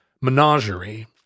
menagerie